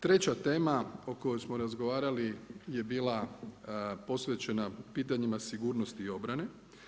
Treća tema o kojoj smo razgovarali je bila posvećena pitanjima sigurnosnim i obrane.